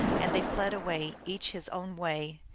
and they fled away, each his own way,